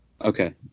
Okay